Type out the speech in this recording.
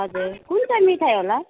हजुर कुन चाहिँ मिठाई होला